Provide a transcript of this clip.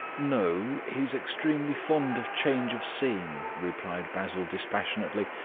no, he's extremely fond of change of scene, replied basil dispassionately,